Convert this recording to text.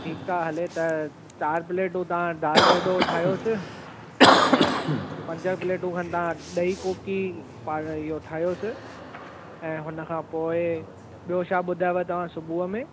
ठीक आहे हले त चारि प्लेटूं तव्हां दालि डोडो ठाहियोसि ऐं पंज प्लेटूं खनि तव्हां ॾही कोकी पाराइ इहो ठाहियोसि ऐं हुन खां पोइ ॿियो छा ॿुधायव तव्हां सुबुहु में